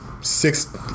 six